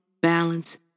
balance